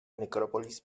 necrópolis